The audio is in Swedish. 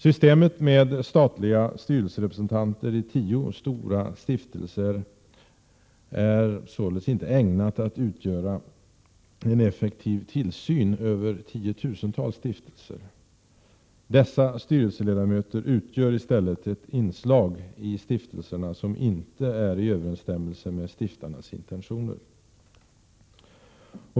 Systemet med statliga styrelserepresentanter i tio stora stiftelser är således inte ägnat att utgöra en effektiv tillsyn över tiotusentals stiftelser. Dessa styrelseledamöter utgör i stället ett inslag i stiftelserna som inte är i överensstämmelse med stiftarnas intentioner.